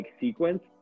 sequence